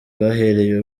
bwahereye